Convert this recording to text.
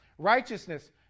Righteousness